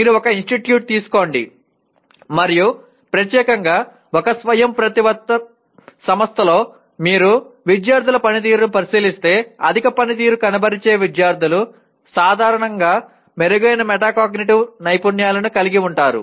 మీరు ఒక ఇన్స్టిట్యూట్ తీసుకోండి మరియు ప్రత్యేకంగా ఒక స్వయంప్రతిపత్త సంస్థలో మీరు విద్యార్థుల పనితీరును పరిశీలిస్తే అధిక పనితీరు కనబరిచే విద్యార్థులు సాధారణంగా మెరుగైన మెటాకాగ్నిటివ్ నైపుణ్యాలను కలిగి ఉంటారు